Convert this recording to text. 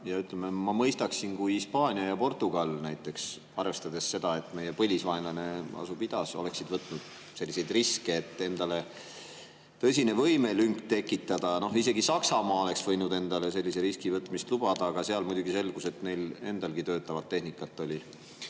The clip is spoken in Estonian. lepitud. Ma mõistaksin, kui näiteks Hispaania või Portugal, arvestades seda, et meie põlisvaenlane asub idas, oleksid võtnud selliseid riske, et endale tõsine võimelünk tekitada. Noh, isegi Saksamaa oleks saanud endale sellise riski võtmist lubada, aga seal muidugi selgus, et neil endalgi on töötavat tehnikat